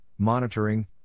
monitoring